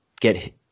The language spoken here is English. get